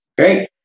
Okay